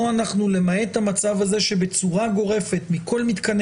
פה אנחנו למעט המצב הזה שבצורה גורפת מכל מתקני